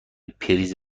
پریز